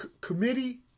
Committee